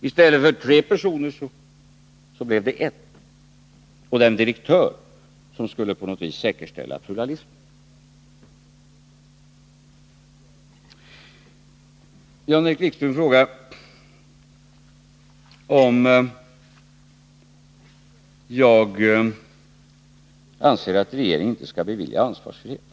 I stället för tre personer blev det en, den direktör som på något sätt skulle säkerställa pluralismen. Jan-Erik Wikström frågar om jag anser att regeringen inte skall bevilja ansvarsfrihet.